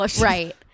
Right